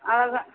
அவ்வளோதான்